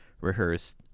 rehearsed